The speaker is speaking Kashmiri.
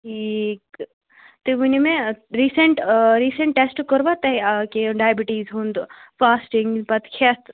ٹھیٖک تُہۍ ؤنِو مےٚ ریٖسیٚنٛٹ آ ریٖسیٚنٚٹ ٹیٚسٹ کوٚروا تۄہہِ آ کہِ ڑایبٕٹیٖز ہُنٛد فاسٹِنٛگ پتہٕ کھیٚتھ